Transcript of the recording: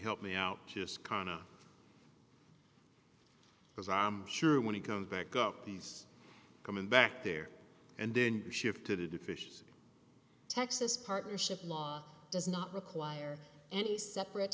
help me out just kind of because i'm sure when he comes back up these coming back there and then shifted it efficient texas partnership law does not require any separate